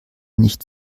nicht